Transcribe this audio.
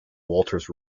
walters